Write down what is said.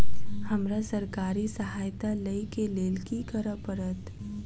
हमरा सरकारी सहायता लई केँ लेल की करऽ पड़त?